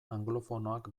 anglofonoak